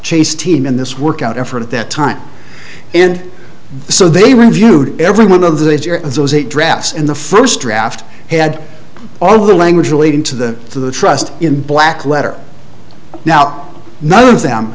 chase team in this work out effort at that time and so they reviewed every one of the of those eight drafts and the first draft had all of the language relating to the to the trust in black letter now none of them